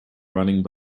running